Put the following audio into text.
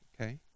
Okay